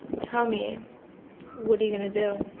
tell me what're you gonna do?